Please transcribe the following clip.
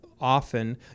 often